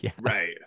right